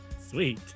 Sweet